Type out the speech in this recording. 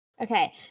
Okay